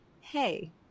hey